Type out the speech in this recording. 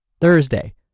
Thursday